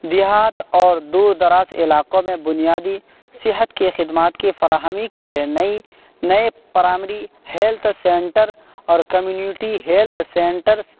دیہات اور دور دراز علاقوں میں بنیادی صحت کے خدمات کی فراہمی کے لیے ںئی نئے پرائمری ہیلتھ سنٹر اور کمیونٹی ہیلتھ سنٹرس